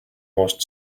most